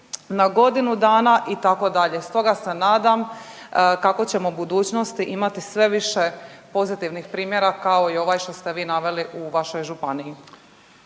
na godinu dana itd.. Stoga se nadam kako ćemo u budućnosti imati sve više pozitivnih primjera kao i ovaj što ste vi naveli u vašoj županiji.